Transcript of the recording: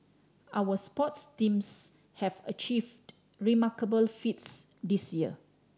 our sports teams have achieved remarkable feats this year